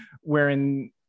wherein